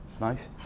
Nice